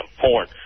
porn